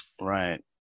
Right